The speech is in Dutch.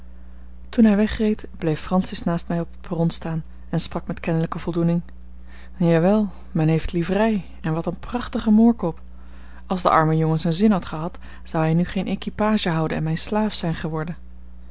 toen hij weg reed bleef francis naast mij op het perron staan en sprak met kennelijke voldoening ja wel men heeft livrei en wat een prachtige moorkop als de arme jongen zijn zin had gehad zou hij nu geen équipage houden en mijn slaaf zijn geworden